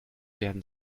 werden